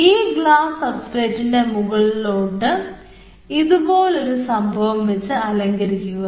ഈ ഗ്ലാസ് സബ്സ്ട്രേറ്റിൻറെ മുകളിലോട്ട് ഇതുപോലൊരു സംഭവം വെച്ച് അലങ്കരിക്കുക